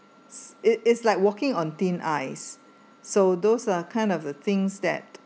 it is like walking on thin ice so those are kind of the things that